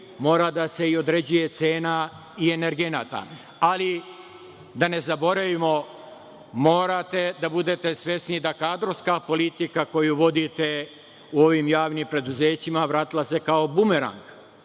mora da se određuje cena energenata, ali da ne zaboravimo, morate da budete svesni da kadrovska politika koju vodite u ovim javnim preduzećima vratila se kao bumerang.